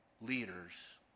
leaders